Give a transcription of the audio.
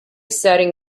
setting